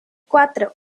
cuatro